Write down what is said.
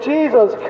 Jesus